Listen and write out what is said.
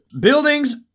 Buildings